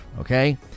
Okay